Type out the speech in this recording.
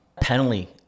penalty